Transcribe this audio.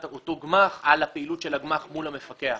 אותו גמ"ח על הפעילות של הגמ"ח מול המפקח.